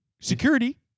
security